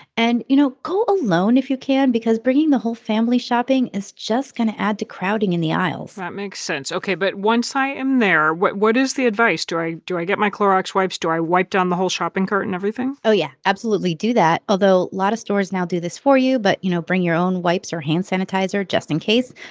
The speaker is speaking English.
and, you know, go alone if you can because bringing the whole family shopping is just going to add to crowding in the aisles that makes sense, ok. but once i am there, what what is the advice? do i do i get my clorox wipes? do i wipe down the whole shopping cart and everything? oh, yeah. absolutely do that, although a lot of stores now do this for you. but, you know, bring your own wipes or hand sanitizer just in case.